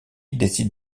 décide